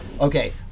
okay